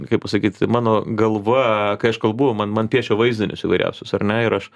kaip pasakyt mano galva kai aš kalbu man man piešia vaizdinius įvairiausius ar ne ir aš